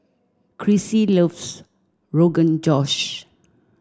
Crissie loves Rogan Josh